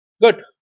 good